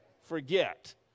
forget